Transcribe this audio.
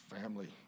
family